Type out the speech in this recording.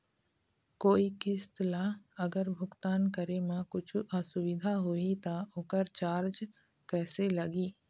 कोई किस्त ला अगर भुगतान करे म कुछू असुविधा होही त ओकर चार्ज कैसे लगी?